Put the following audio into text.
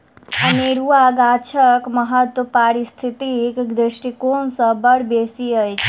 अनेरुआ गाछक महत्व पारिस्थितिक दृष्टिकोण सँ बड़ बेसी अछि